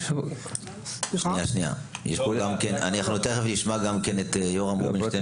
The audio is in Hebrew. אנחנו תיכף נשמע גם את יורם רובינשטיין,